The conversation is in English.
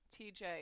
TJ